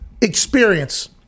experience